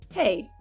Hey